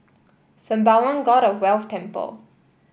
Sembawang God of Wealth Temple